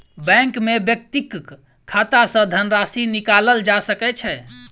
bank में व्यक्तिक खाता सॅ धनराशि निकालल जा सकै छै